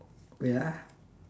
wait ah